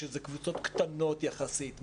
שזה קבוצות קטנות יחסית.